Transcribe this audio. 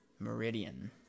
Meridian